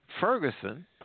Ferguson